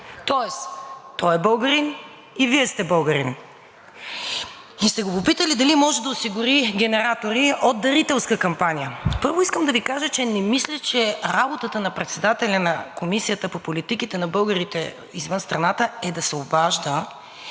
Тоест той е българин и Вие сте българин, и сте го попитали дали може да осигури генератори от дарителска кампания. Първо, искам да Ви кажа, че не мисля, че работата на председателя на Комисията по политиките на българите извън страната е да се обажда